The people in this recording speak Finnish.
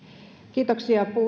kiitoksia